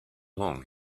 long